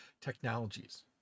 technologies